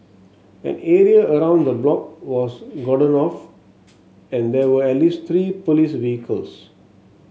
an area around the block was cordoned off and there were at least three police vehicles